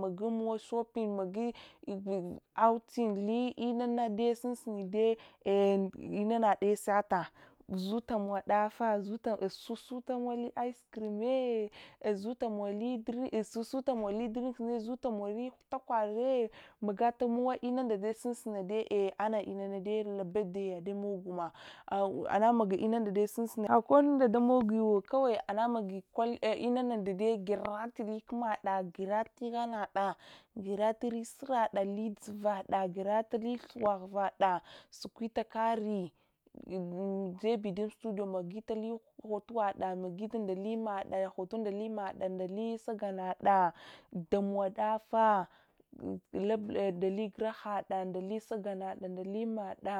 Magi mawa shapping mogitamowali shopping, magi inanaɗe sata zutamow daffa sutamowli ice cream me, zutamowli hulakwale, zutamowli drink-se magatamow inunɗa sunsuna dai ana’inana ɗai labuda yaɗɗa mogi mogi ammagaya inunda sunsuni, had inunda damogwakawal inanunɗa gyarat tukumade, gyeratli dzuvada, gyaralyi zuvada, sukwita kari jebi dun studio magatili hotowada nəali maɗɗa ndali sagangada ɗamow ɗaffa, hibla nɗali gurahaɗa lisagangada ndali madlda